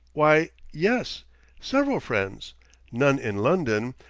why yes several friends none in london,